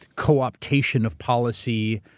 co-optation of policy,